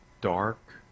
dark